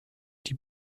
die